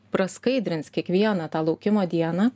praskaidrins kiekvieną tą laukimo dieną